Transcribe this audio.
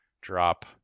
drop